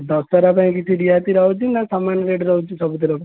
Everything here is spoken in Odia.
ଦଶରା ପାଇଁ କିଛି ରିହାତି ରହୁଛି ନା ସମାନ ରେଟ୍ ରହୁଛି ସବୁଥିରେ